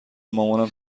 مامانم